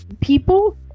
People